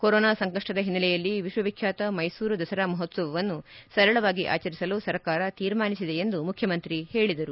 corona ಸಂಕಷ್ಷದ ಹಿನ್ನೆಲೆಯಲ್ಲಿ ವಿಶ್ವವಿಖ್ಡಾತ ಮೈಸೂರು ದಸರಾ ಮಹೋತ್ಸವವನ್ನು ಸರಳವಾಗಿ ಆಚರಿಸಲು ಸರ್ಕಾರ ತೀರ್ಮಾನಿಸಿದೆ ಎಂದು ಮುಖ್ಯಮಂತ್ರಿ ಹೇಳಿದರು